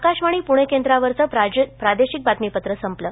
आकाशवाणी पुणे केंद्रावरचं प्रादेशिक बातमीपत्र संपलं